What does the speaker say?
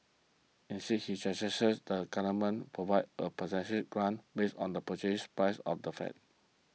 instead he that the Government Provide a percentage grant based on the Purchase Price of the flat